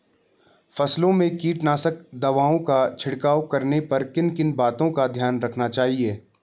फसलों में कीटनाशक दवाओं का छिड़काव करने पर किन किन बातों को ध्यान में रखना चाहिए?